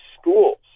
schools